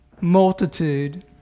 multitude